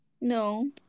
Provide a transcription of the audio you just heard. No